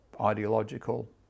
ideological